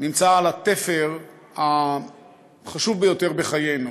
נמצא על התפר החשוב ביותר בחיינו,